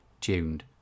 tuned